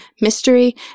mystery